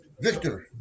Victor